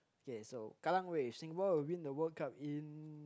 K so Kallang Wave Singapore will win the World Cup in